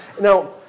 Now